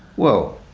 well,